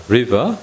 River